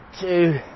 Two